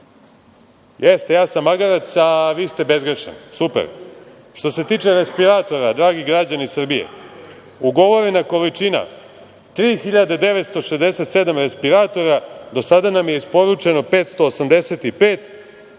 ja sam magarac, a vi ste bezgrešni. Super. Što se tiče respiratora, dragi građani Srbije: ugovorena količina 3.967 respiratora, a do sada nam je isporučeno 585, donirano